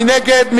מי נגד?